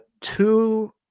Two